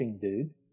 dude